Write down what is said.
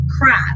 crap